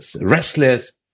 restless